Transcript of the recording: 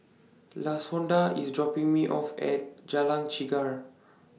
Lashonda IS dropping Me off At Jalan Chegar